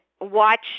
watch